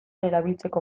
erabiltzeko